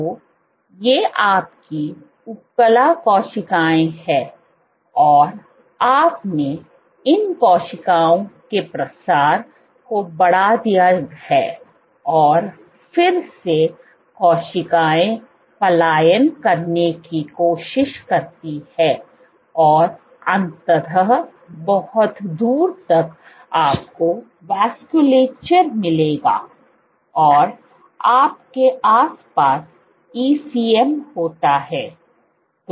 तो ये आपकी उपकला कोशिकाएं हैं और आपने इन कोशिकाओं के प्रसार को बढ़ा दिया है और फिर ये कोशिकाएँ पलायन करने की कोशिश करती हैं और अंततः बहुत दूर तक आपको वास्कुलचर मिलेगा और आपके आसपास ECM होता है